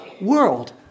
world